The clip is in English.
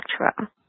Electra